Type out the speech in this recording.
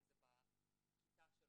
אם זה בכיתה שלו,